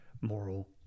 moral